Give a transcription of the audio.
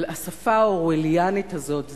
אבל השפה האורווליאנית הזאת,